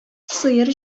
сыер